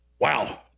Wow